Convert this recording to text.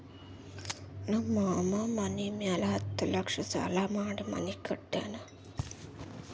ನಮ್ ಮಾಮಾ ಮನಿ ಮ್ಯಾಲ ಹತ್ತ್ ಲಕ್ಷ ಸಾಲಾ ಮಾಡಿ ಮನಿ ಕಟ್ಯಾನ್